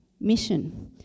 Mission